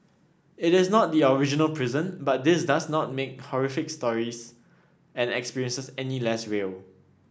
it is not the original prison but this does not make horrific stories and experiences any less real